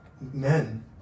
men